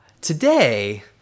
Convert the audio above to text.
Today